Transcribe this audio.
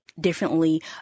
differently